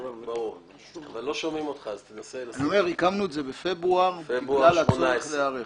הקמנו את זה בפברואר בגלל הצורך להיערך.